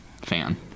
fan